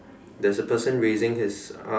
there is a person raising his arms